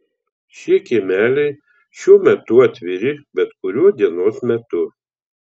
šie kiemeliai šiuo metu atviri bet kuriuo dienos metu